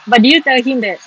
but did you tell him that